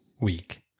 week